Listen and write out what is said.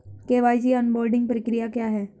KYC onboarding प्रक्रिया क्या है?